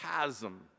chasm